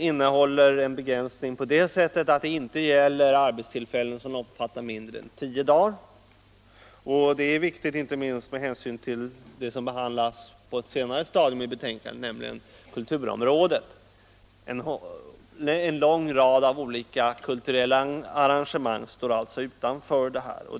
En begränsning är att den inte gäller arbetstillfällen som omfattar mindre än tio dagar. Detta är viktigt inte minst med hänsyn till det som behandlas senare i betänkandet, nämligen kulturområdet. En lång rad av olika kulturella arrangemang står alltså utanför anmälningsplikten.